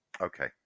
Okay